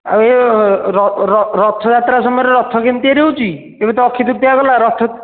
ଆଉ ଇଏ ରଥ ଯାତ୍ରା ସମୟରେ ରଥ କେମିତି ତିଆରି ହେଉଛି ଏବେ ତ ଅକ୍ଷିତୃତୀୟ ଗଲା ରଥ